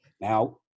Now